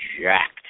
jacked